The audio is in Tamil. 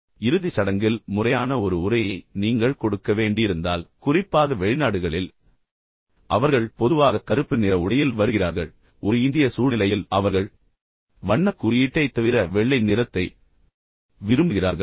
எடுத்துக்காட்டாக இறுதிச் சடங்கில் முறையான ஒரு உரையை நீங்கள் கொடுக்க வேண்டியிருந்தால் குறிப்பாக வெளிநாடுகளில் அவர்கள் பொதுவாக கருப்பு நிற உடையில் வருகிறார்கள் ஒரு இந்திய சூழ்நிலையில் பொதுவாக அவர்கள் வண்ணக் குறியீட்டைத் தவிர வெள்ளை நிறத்தை விரும்புகிறார்கள்